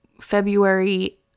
February